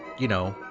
you know,